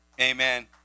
Amen